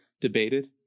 debated